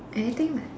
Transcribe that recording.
anything lah